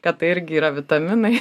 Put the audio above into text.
kad tai irgi yra vitaminai